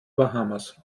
bahamas